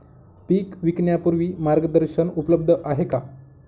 पीक विकण्यापूर्वी मार्गदर्शन उपलब्ध आहे का?